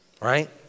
right